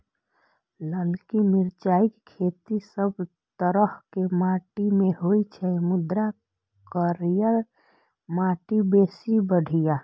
ललकी मिरचाइक खेती सब तरहक माटि मे होइ छै, मुदा करिया माटि बेसी बढ़िया